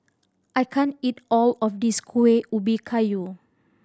I can't eat all of this Kuih Ubi Kayu